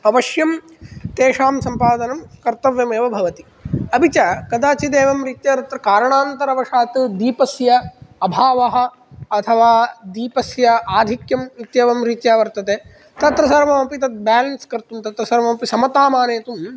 अवश्यं तेषां सम्पादनं कर्तव्यम् एव भवति अपि च कदाचित् एवं रीत्या तत्र कारणान्तरवशात् दीपस्य अभावः अथवा दीपस्य आधिक्यम् इत्येवं रीत्या वर्तते तत्र सर्वमपि तत् बेलेन्स् कर्तुं तत्र सर्वमपि समतामानेतुं